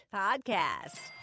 podcast